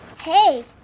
Hey